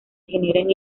generan